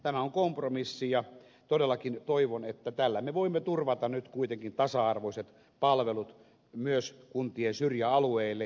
tämä on kompromissi ja todellakin toivon että tällä me voimme turvata nyt kuitenkin tasa arvoiset palvelut myös kuntien syrjäalueille